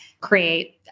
create